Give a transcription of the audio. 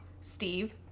Steve